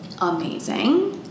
amazing